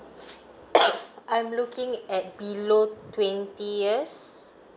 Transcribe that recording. I'm looking at below twenty years